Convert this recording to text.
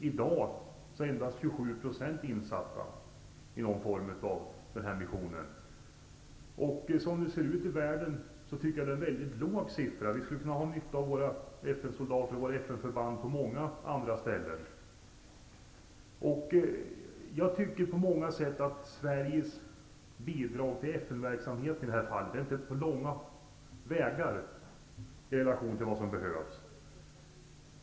I dag är endast 27 % insatta i någon form av mission. Som det ser ut i världen är det en mycket låg siffra. Vi skulle kunna ha nytta av våra FN-soldater och FN förband på många ställen. Jag tycker att Sveriges bidrag till FN-verksamheten inte på långa vägar står i relation till vad som behövs.